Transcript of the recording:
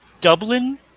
Dublin